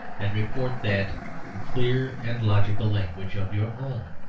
and report that in clear and logical language of your own.